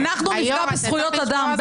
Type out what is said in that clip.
אנחנו נפגע בזכויות אדם.